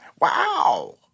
Wow